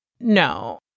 No